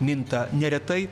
minta neretai